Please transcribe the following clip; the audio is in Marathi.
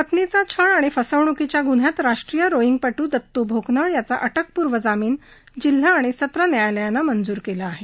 पत्नीचा छळ आणि फसवणुकीच्या गुन्ह्यात राष्ट्रीय रोईगपट्ट दत्तू भोकनळ याचा अटकपूर्व जामिन जिल्हा आणि सत्र न्यायालयानं मंजूर केला आहे